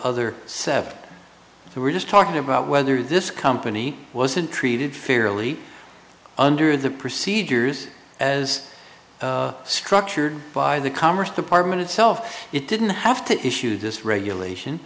other seven we're just talking about whether this company wasn't treated fairly under the procedures as structured by the commerce department itself it didn't have to issue this regulation